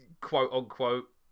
quote-unquote